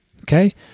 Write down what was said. Okay